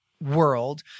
world